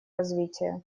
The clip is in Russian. развития